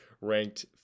ranked